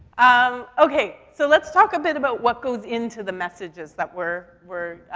um, okay. so let's talk a bit about what goes into the messages that we're, we're,